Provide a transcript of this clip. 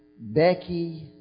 Becky